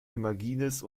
imagines